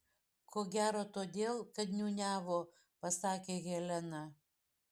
ko gero todėl kad niūniavo pasakė helena